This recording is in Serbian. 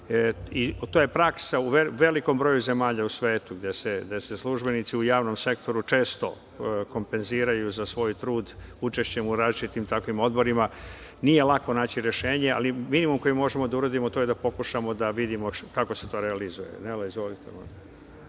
To je praksa u velikom broju zemalja u svetu, gde se službenici u javnom sektoru često kompenziraju za svoj trud učešćem u različitim takvim odborima. Nije lako naći rešenjem, ali minimum koji možemo da uradimo, to je da pokušamo da vidimo kako se to realizuje. **Maja Gojković**